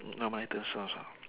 n~ normal item sounds ah